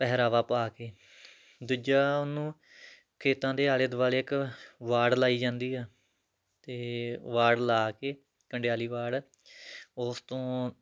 ਪਹਿਰਾਵਾ ਪਾ ਕੇ ਦੂਜਾ ਉਹਨੂੰ ਖੇਤਾਂ ਦੇ ਆਲੇ ਦੁਆਲੇ ਇੱਕ ਵਾੜ ਲਾਈ ਜਾਂਦੀ ਆ ਅਤੇ ਵਾੜ ਲਾ ਕੇ ਕੰਡਿਆਲੀ ਵਾੜ ਉਸ ਤੋਂ